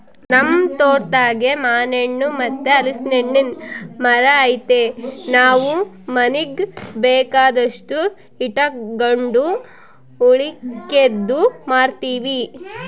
ನಮ್ ತೋಟದಾಗೇ ಮಾನೆಣ್ಣು ಮತ್ತೆ ಹಲಿಸ್ನೆಣ್ಣುನ್ ಮರ ಐತೆ ನಾವು ಮನೀಗ್ ಬೇಕಾದಷ್ಟು ಇಟಗಂಡು ಉಳಿಕೇದ್ದು ಮಾರ್ತೀವಿ